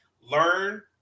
learn